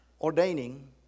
ordaining